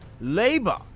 Labour